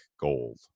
gold